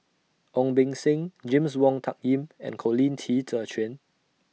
Ong Beng Seng James Wong Tuck Yim and Colin Qi Zhe Quan